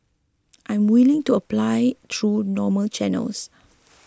I'm willing to apply through normal channels